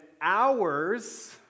hours